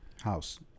House